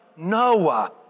Noah